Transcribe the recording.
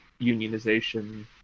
unionization